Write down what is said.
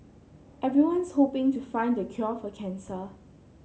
everyone's hoping to find the cure for cancer